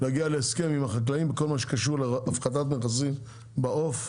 להגיע להסכם עם החקלאים על כל מה שקשור להפחתת מכסים בעוף,